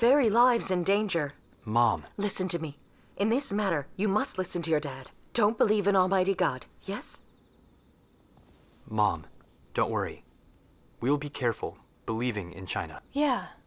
very lives in danger mama listen to me in this matter you must listen to your dad don't believe in almighty god yes mom don't worry we'll be careful believing in china yeah